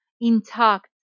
intact